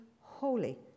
holy